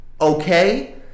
okay